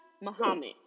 Muhammad